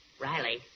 Riley